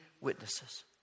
witnesses